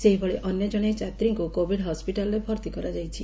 ସେହିଭଳି ଅନ୍ୟ ଜଣେ ଯାତ୍ରୀଙ୍କୁ କୋଭିଡ୍ ହସ୍ୱିଟାଲ୍ରେ ଭର୍ତି କରାଯାଇଛି